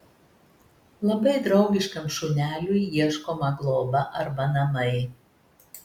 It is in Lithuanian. labai draugiškam šuneliui ieškoma globa arba namai